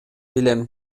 билем